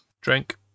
Drink